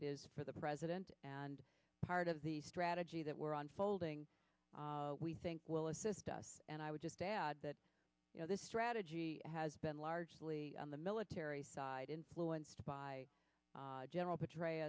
it is for the president and part of the strategy that we're unfolding we think will assist us and i would just add that you know this strategy has been largely on the military side influenced by general